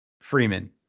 Freeman